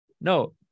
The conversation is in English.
No